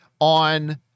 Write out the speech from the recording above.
on